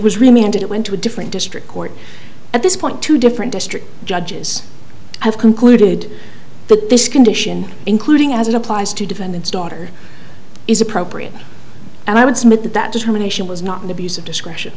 was remanded it went to a different district court at this point two different district judges have concluded that this condition including as it applies to defendant's daughter is appropriate and i would submit that that determination was not an abuse of discretion